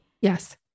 Yes